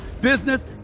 business